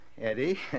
Eddie